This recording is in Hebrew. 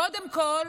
קודם כול,